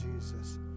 Jesus